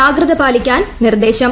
ജാഗ്രതാ പാലിക്കാൻ നിർദേശം